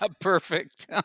perfect